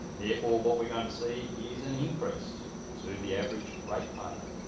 therefore, what we're going to see is an increase to the average rate but